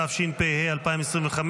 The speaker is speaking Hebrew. התשפ"ה 2025,